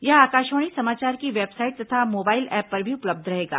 यह आकाशवाणी समाचार की वेबसाइट तथा मोबाइल ऐप पर भी उपलब्ध रहेगा